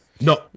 No